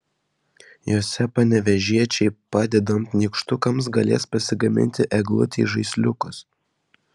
jose panevėžiečiai padedant nykštukams galės pasigaminti eglutei žaisliukus